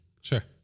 Sure